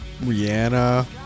Rihanna